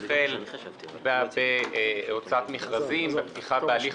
המשרד החל בהוצאת מכרזים ובפתיחה בהליך